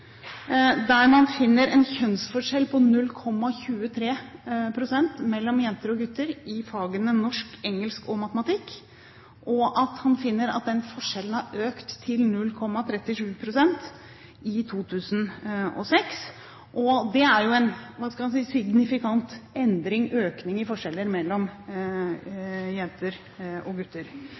der en kjønnsforskjell på 0,23 pst. mellom jenter og gutter i fagene norsk, engelsk og matematikk, og at den forskjellen i 2006 hadde økt til 0,37 pst. Det er jo – hva skal man si – en signifikant økning i forskjeller mellom jenter og gutter.